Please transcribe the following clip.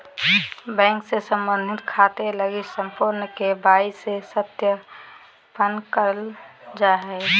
bank से संबंधित खाते लगी संपूर्ण के.वाई.सी सत्यापन करल जा हइ